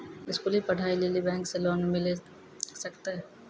स्कूली पढ़ाई लेली बैंक से लोन मिले सकते?